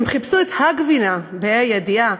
הם חיפשו את הגבינה בה"א הידיעה,